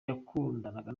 yakundanaga